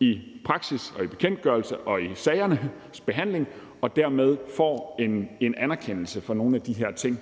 ændret i bekendtgørelsen og ændret i sagernes behandling og dermed får en anerkendelse af nogle af de her ting.